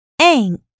Ank